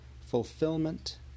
Fulfillment